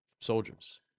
soldiers